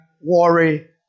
worry